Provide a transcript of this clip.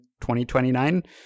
2029